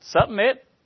submit